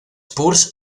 spurs